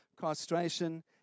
castration